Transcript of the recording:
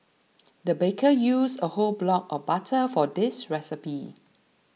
the baker used a whole block of butter for this recipe